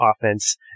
offense